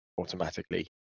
automatically